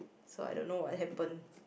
so I don't know what happen